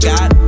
God